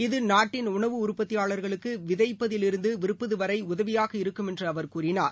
இது நாட்டின் உணவு உற்பத்தியாளா்களுக்குவிதைப்பதிலிருந்து விற்பதுவரைஉதவியாக இருக்கும் என்றுஅவர் கூறினார்